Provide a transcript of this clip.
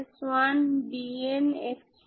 সুতরাং এগুলি boundary condition